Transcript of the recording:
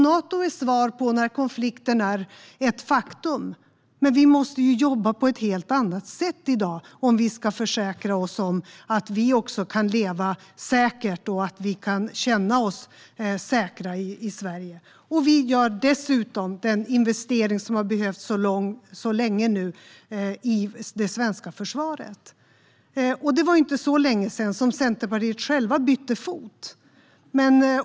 Nato är svar när konflikten är ett faktum, men vi måste jobba på ett helt annat sätt i dag om vi ska försäkra oss om att vi också kan leva säkert och känna oss säkra i Sverige. Vi gör dessutom den investering som så länge har behövts i det svenska försvaret. Det var inte så länge sedan som Centerpartiet självt bytte fot.